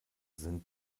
sind